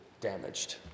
damaged